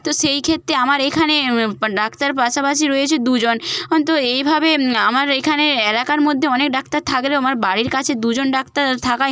তো সেই ক্ষেত্রে আমার এখানে ডাক্তার পাশাপাশি রয়েছে দুজন অন তো এইভাবে আমার এখানে এলাকার মধ্যে অনেক ডাক্তার থাকলেও আমার বাড়ির কাছে দুজন ডাক্তার থাকায়